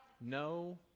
No